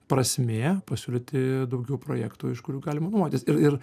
prasmė pasiūlyti daugiau projektų iš kurių galima nuomotis ir ir